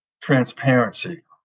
transparency